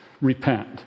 Repent